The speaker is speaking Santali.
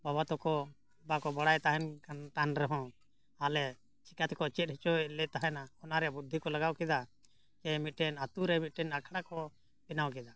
ᱵᱟᱵᱟ ᱛᱟᱠᱚ ᱵᱟᱠᱚ ᱵᱟᱲᱟᱭ ᱛᱟᱦᱮᱱ ᱠᱟᱱ ᱛᱟᱦᱮᱱ ᱨᱮᱦᱚᱸ ᱟᱞᱮ ᱪᱤᱠᱟᱹ ᱛᱮᱠᱚ ᱪᱮᱫ ᱦᱚᱪᱚᱭᱮᱫ ᱞᱮ ᱛᱟᱦᱮᱱᱟ ᱚᱱᱟᱨᱮ ᱵᱩᱫᱽᱫᱷᱤ ᱠᱚ ᱞᱟᱜᱟᱣ ᱠᱮᱫᱟ ᱡᱮ ᱢᱤᱫᱴᱮᱱ ᱟᱛᱳᱨᱮ ᱢᱤᱫᱴᱮᱱ ᱟᱠᱷᱟᱲᱟ ᱠᱚ ᱵᱮᱱᱟᱣ ᱠᱮᱫᱟ